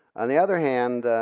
on the other hand,